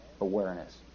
awareness